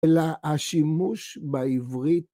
‫אלא השימוש בעברית.